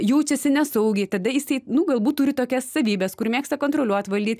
jaučiasi nesaugiai tada jisai nu galbūt turi tokias savybes kur mėgsta kontroliuot valdyt